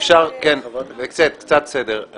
קצת סדר.